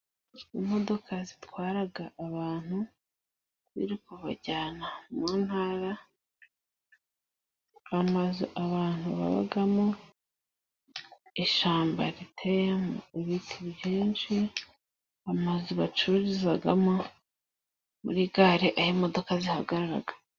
Imodoka zitwara abantu ziri kubajyana mu ntara. Amazu abantu babamo. Ishyamba riteyemo ibiti byinshi. Amazu bacururizamo muri gare aho imodoka zihagarara.